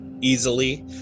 easily